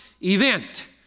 event